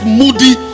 moody